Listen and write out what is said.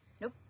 Nope